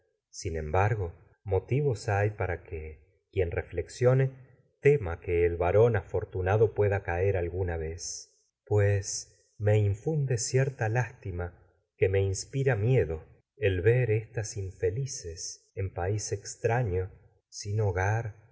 sin embargo motivos tema que hay para que quien re flexione el varón afortunado pueda caer algu na'vez pues me infunde cierta lástima que me inspira miedo el ver estas infelices en país extraño sin hogar